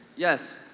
yes,